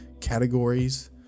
categories